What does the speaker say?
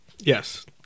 Yes